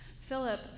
Philip